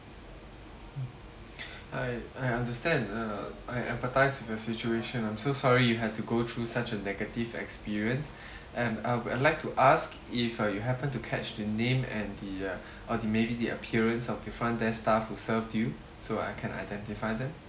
mm I I understand uh I empathize with the situation I'm so sorry you had to go through such a negative experience and uh I like to ask if uh you happen to catch the name and the uh or the maybe the appearance the front desk staff who served you so I can identify them